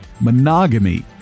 Monogamy